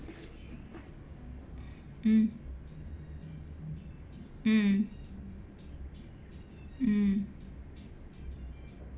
mm mm mm